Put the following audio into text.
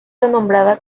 renombrada